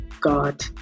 God